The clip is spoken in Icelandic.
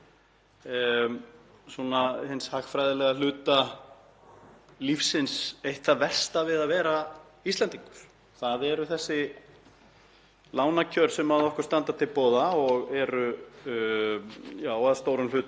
lánakjör sem okkur standa til boða og eru að stórum hluta til fest við vísitölu sem fer bara upp,